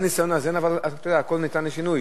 זה ניסיון לאזן, אבל הכול ניתן לשינוי.